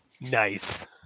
Nice